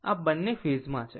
આમ બંને ફેઝ માં છે